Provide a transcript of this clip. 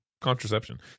contraception